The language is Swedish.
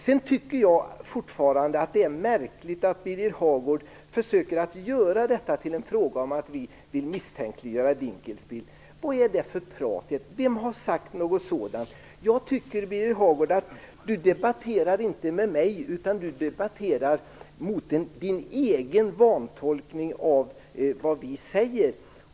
Jag tycker fortfarande att det är märkligt att Birger Hagård försöker att göra detta till en fråga om att vi vill misstänkliggöra Dinkelspiel. Vad är det för prat? Vem har sagt något sådant? Birger Hagård debatterar inte med mig utan mot sin egen vantolkning av vad vi säger.